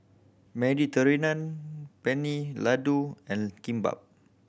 Mediterranean Penne Ladoo and Kimbap